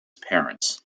parents